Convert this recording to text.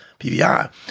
PVI